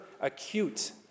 acute